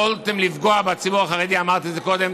יכולתם לפגוע בציבור החרדי, אמרתי את זה קודם,